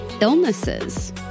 illnesses